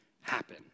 happen